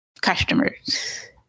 customers